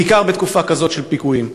בעיקר בתקופה כזו של פיגועים,